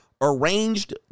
arranged